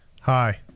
Hi